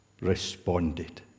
responded